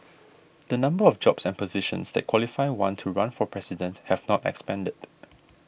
the numbers of jobs and positions that qualify one to run for President have not expanded